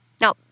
Now